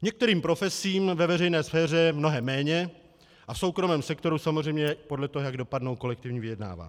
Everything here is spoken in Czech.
Některým profesím ve veřejné sféře mnohem méně a v soukromém sektoru samozřejmě podle toho, jak dopadnou kolektivní vyjednávání.